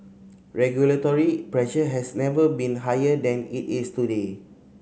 regulatory pressure has never been higher than it is today